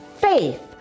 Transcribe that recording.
faith